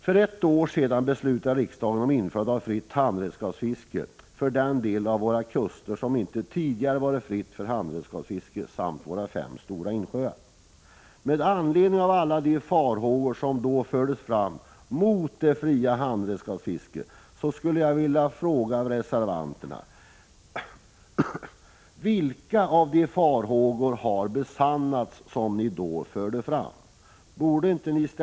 För ett år sedan beslutade riksdagen om införande av fritt handredskapsfiske för de delar av våra kuster som inte tidigare varit fria för handredskapsfiske samt våra fem största insjöar. Med anledning av alla de farhågor som då fördes fram mot det fria handredskapsfisket skulle jag vilja fråga reservanterna: Vilka av de farhågor som ni då förde fram har besannats?